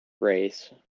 race